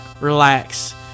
relax